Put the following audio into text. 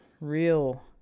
real